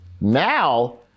Now